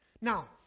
Now